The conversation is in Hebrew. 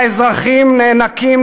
והאזרחים נאנקים,